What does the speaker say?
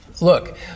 Look